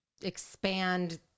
expand